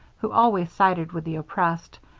who always sided with the oppressed,